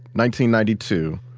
ninety ninety two,